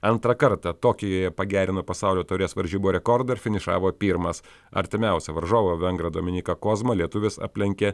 antrą kartą tokijuje pagerino pasaulio taurės varžybų rekordą ir finišavo pirmas artimiausią varžovą vengrą dominiką kozmą lietuvis aplenkė